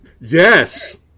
Yes